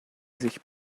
sich